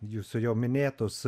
jūsų jau minėtus